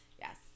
Yes